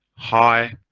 high,